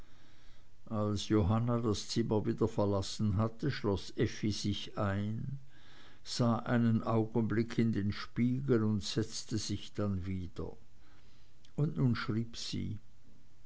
als johanna das zimmer wieder verlassen hatte schloß effi sich ein sah einen augenblick in den spiegel und setzte sich dann wieder und nun schrieb sie